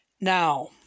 Now